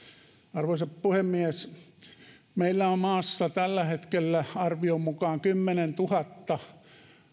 arvoisa puhemies meillä on maassa tällä hetkellä arvion mukaan kymmenentuhatta